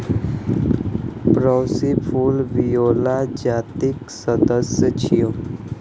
pansy फूल viola जातिक सदस्य छियै